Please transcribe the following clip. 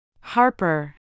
Harper